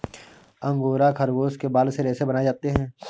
angora खरगोश के बाल से रेशे बनाए जाते हैं